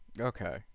Okay